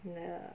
the